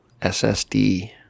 SSD